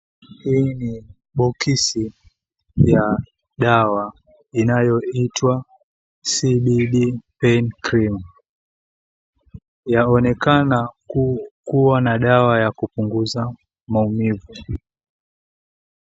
Hii ni boksi ya dawa inayoitwa, CBD Pain Cream, yaonekana kuwa na dawa ya kupunguza maumivu.